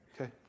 Okay